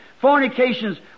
Fornications